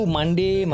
Monday